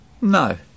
No